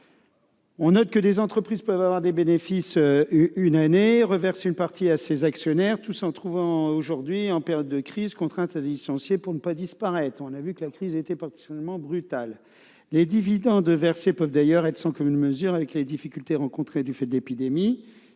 Je note qu'une entreprise peut avoir fait des bénéfices une année, en avoir reversé une partie à ses actionnaires et se trouver aujourd'hui, en raison de la crise, contrainte de licencier pour ne pas disparaître, la crise étant particulièrement brutale. Les dividendes versés peuvent d'ailleurs être sans commune mesure avec les difficultés rencontrées du fait de l'épidémie.